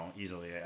easily